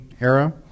era